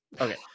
Okay